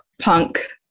punk